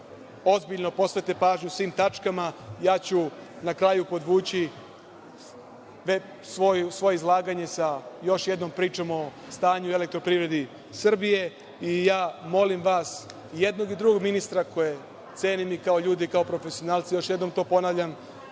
ozbiljno posvete pažnju svim tačkama. Na kraju ću podvući svoje izlaganje sa još jednom pričom o stanju u „Elektroprivredi Srbije“. Molim vas, i jednog i drugog ministra, koje cenim i kao ljude i kao profesionalce, još jednom to ponavljam,